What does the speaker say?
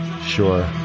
Sure